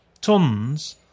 tons